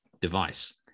device